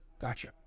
Gotcha